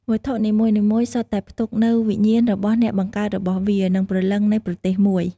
វត្ថុនីមួយៗសុទ្ធតែផ្ទុកនូវវិញ្ញាណរបស់អ្នកបង្កើតរបស់វា និងព្រលឹងនៃប្រទេសមួយ។